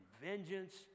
vengeance